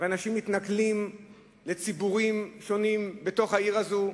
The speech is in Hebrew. ואנשים מתנכלים לציבורים שונים בתוך העיר הזאת?